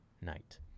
Night